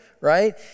right